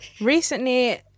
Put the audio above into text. recently